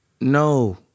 no